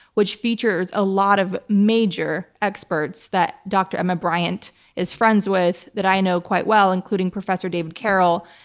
which features a lot of major experts that dr. emma briant is friends with, that i know quite well, including professor david carroll,